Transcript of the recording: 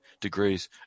degrees